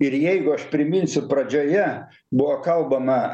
ir jeigu aš priminsiu pradžioje buvo kalbama